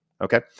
okay